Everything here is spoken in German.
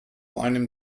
einem